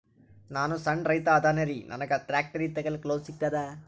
ನಾನ್ ಸಣ್ ರೈತ ಅದೇನೀರಿ ನನಗ ಟ್ಟ್ರ್ಯಾಕ್ಟರಿ ತಗಲಿಕ ಲೋನ್ ಸಿಗತದ?